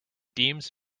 deems